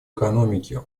экономики